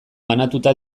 banatuta